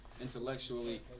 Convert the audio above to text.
Intellectually